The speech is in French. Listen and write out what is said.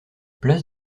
place